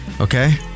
Okay